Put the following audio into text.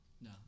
no